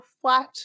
flat